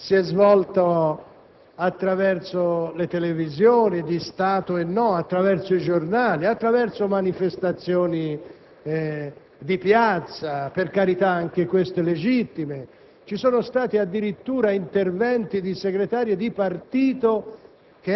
di quest'Aula, attraverso le televisioni di Stato e non, attraverso i giornali, attraverso manifestazioni di piazza (per carità, anche queste legittime), ci sono stati addirittura interventi di segretari di partito